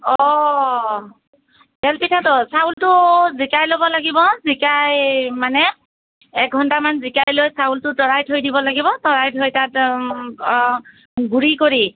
অঁ তেল পিঠাটো চাউলটো জিকাই ল'ব লাগিব জিকাই মানে এঘণ্টামান জিকাই লৈ চাউলটো তৰাই থৈ দিব লাগিব তৰাই থৈ তাত গুৰি কৰি